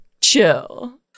chill